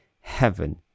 heaven